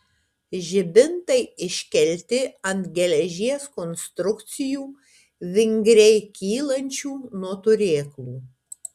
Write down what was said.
žibintai iškelti ant geležies konstrukcijų vingriai kylančių nuo turėklų